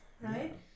right